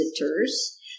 visitors